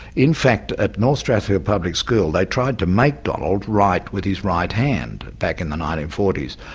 in fact at north strathfield public school, they tried to make donald write with his right hand back in the nineteen forty s.